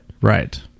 Right